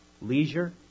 Leisure